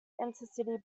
intercity